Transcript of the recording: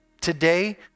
today